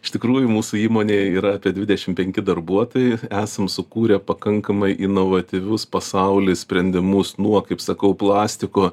iš tikrųjų mūsų įmonėj yra apie dvidešim penki darbuotojai esam sukūrę pakankamai inovatyvius pasauly sprendimus nuo kaip sakau plastiko